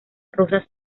rosas